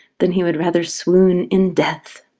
then he would rather swoon in death.